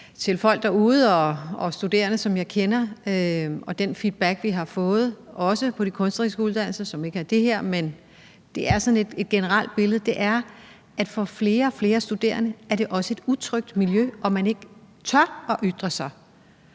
til folk derude og studerende, som jeg kender, og den feedback, vi har fået, også fra de kunstneriske uddannelser, som ikke er omfattet af det her, at sådan et generelt billede er, at for flere og flere studerende er det også et utrygt miljø, og at man ikke tør ytre sig.